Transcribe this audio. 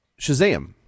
Shazam